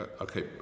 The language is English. okay